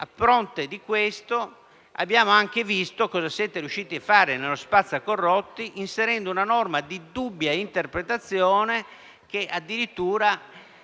a fronte di questo, abbiamo anche visto cosa siete riusciti a fare nel provvedimento spazzacorrotti, inserendo una norma di dubbia interpretazione, che addirittura